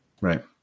Right